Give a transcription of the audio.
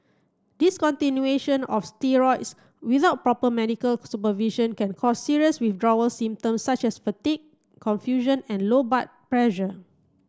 discontinuation of steroids without proper medical supervision can cause serious withdrawal symptoms such as confusion and low